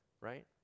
right